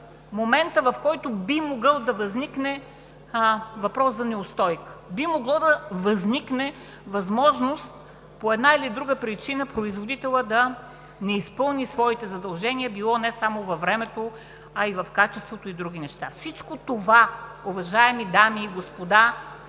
момента, в който би могъл да възникне въпрос за неустойка? Би могло да възникне възможност по една или друга причина производителят да не изпълни своите задължения, било не само във времето, а и в качеството, и в други неща. Всичко това, уважаеми дами и господа,